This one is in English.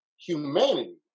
humanity